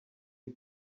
you